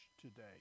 today